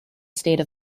state